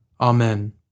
Amen